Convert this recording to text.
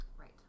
Right